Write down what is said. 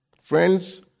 Friends